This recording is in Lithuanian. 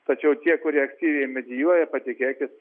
tačiau tie kurie aktyviai medijuoja patikėkit